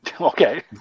okay